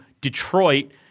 Detroit